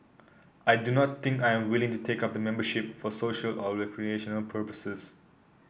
I do not think I am willing to take up the membership for social or recreational purposes